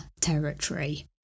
territory